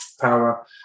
power